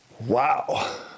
Wow